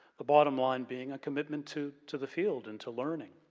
the bottom line being a commitment to to the field and to learning.